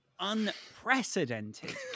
unprecedented